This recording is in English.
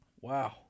Wow